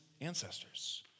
ancestors